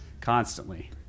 constantly